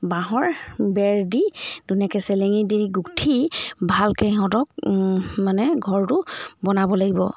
বাঁহৰ বেৰ দি ধুনীয়াকৈ চেলেঙি দি গুঠি ভালকৈ সিহঁতক মানে ঘৰটো বনাব লাগিব